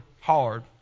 hard